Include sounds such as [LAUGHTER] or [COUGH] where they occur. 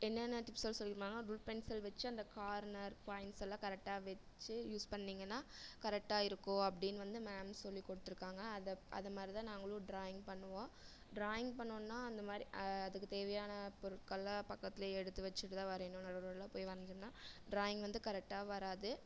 என்னென்ன டிப்ஸ்யெலாம் சொல்லி கொடுப்பாங்கன்னா [UNINTELLIGIBLE] பென்சில் வைச்சு அந்த கார்னர் பாயிண்ட்ஸெல்லாம் கரெட்டாக வைச்சு யூஸ் பண்ணிங்கன்னால் கரெட்டாக இருக்கும் அப்படினு வந்து மேம் சொல்லி கொடுத்துருக்காங்க அது அது மாதிரிதான் நாங்களும் டிராயிங் பண்ணுவோம் டிராயிங் பண்ணிணும்ன்னா அந்த மாதிரி அதுக்கு தேவையான பொருட்களை பக்கத்திலே எடுத்து வைச்சுட்டுதான் வரையணும் நடுவில் நடுவில் போய் வரைஞ்சம்னால் டிராயிங் வந்து கரெட்டாக வராது